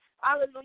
Hallelujah